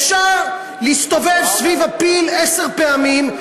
אפשר להסתובב סביב הפיל עשר פעמים,